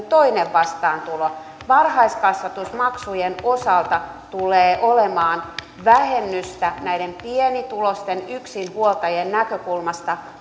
toinen vastaantulo varhaiskasvatusmaksujen osalta tulee olemaan vähennystä näiden pienituloisten yksinhuoltajien näkökulmasta